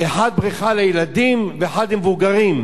בריכה אחת לילדים, ואחת, למבוגרים.